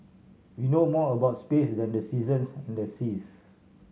we know more about space than the seasons and the seas